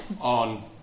on